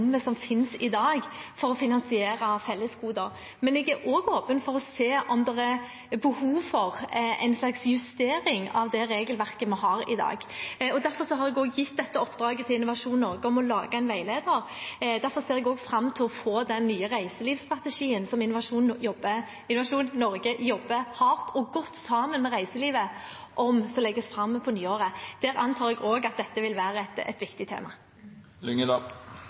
som finnes i dag for å finansiere fellesgoder. Men jeg er også åpen for å se om det er behov for en slags justering av det regelverket vi har i dag. Derfor har jeg gitt Innovasjon Norge oppdraget med å lage en veileder, og jeg ser fram til å få den nye reiselivsstrategien som Innovasjon Norge jobber hardt og godt sammen med reiselivet om, og som legges fram på nyåret. Der antar jeg at dette vil være et viktig tema. Jeg har også latt meg fortelle at 15. oktober var det et